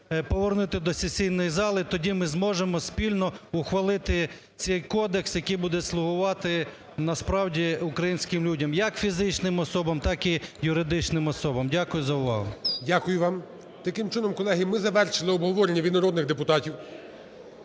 повернути до сесійної зали, тоді ми зможемо спільно ухвалити цей кодекс, який буде слугувати насправді українським людям, як фізичним особам, так і юридичним особам. Дякую за увагу. ГОЛОВУЮЧИЙ. Дякую вам. Таким чином, колеги, ми завершили обговорення від народних депутатів